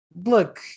look